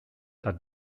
dann